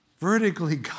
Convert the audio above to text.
Vertically